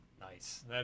Nice